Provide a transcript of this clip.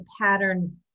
pattern